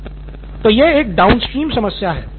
professor तो यह एक डाउनस्ट्रीम समस्या है